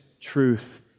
truth